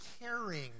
caring